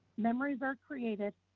memories are created.